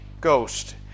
Ghost